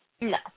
No